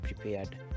prepared